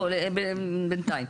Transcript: לא, בנתיים.